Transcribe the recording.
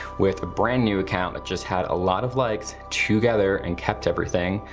with a brand new account that just had a lot of likes together and kept everything.